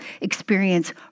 experience